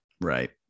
Right